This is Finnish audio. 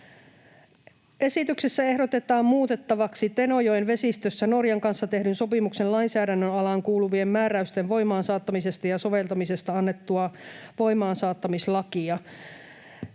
Esityksessä ehdotetaan muutettavaksi kalastuksesta Tenojoen vesistössä Norjan kanssa tehdyn sopimuksen lainsäädännön alaan kuuluvien määräysten voimaansaattamisesta ja soveltamisesta annettua voimaansaattamislakia.